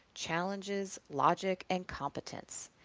challenges, logic, and competence.